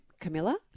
Camilla